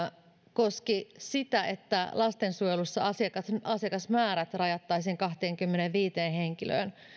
koski sitä että lastensuojelussa asiakasmäärät asiakasmäärät rajattaisiin kahteenkymmeneenviiteen henkilöön